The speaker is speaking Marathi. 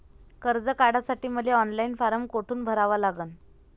कर्ज काढासाठी मले ऑनलाईन फारम कोठून भरावा लागन?